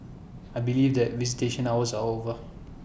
I believe that visitation hours are over